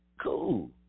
Cool